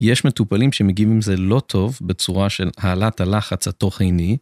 יש מטופלים שמגיעים עם זה לא טוב בצורה של העלאת הלחץ התוך-עיני.